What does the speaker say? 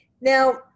Now